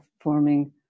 forming